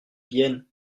vienne